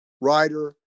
writer